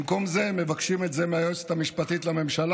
במקום זה הם מבקשים את זה מהיועצת המשפטית לממשלה.